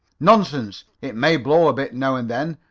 nonsense! it may blow a bit, now and then,